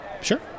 Sure